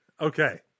Okay